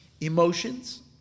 Emotions